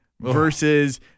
Versus